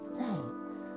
thanks